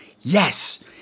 yes